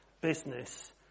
business